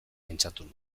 pentsatu